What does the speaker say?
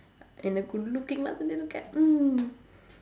and the good looking guy